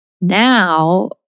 Now